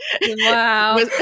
wow